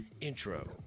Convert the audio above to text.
intro